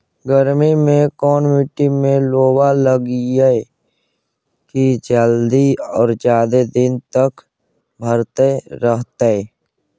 गर्मी में कोन मट्टी में लोबा लगियै कि जल्दी और जादे दिन तक भरतै रहतै?